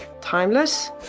timeless